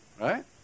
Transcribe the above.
Right